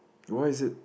why is it